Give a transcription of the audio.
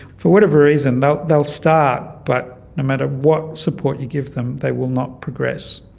for whatever reason ah they will start but no matter what support you give them they will not progress.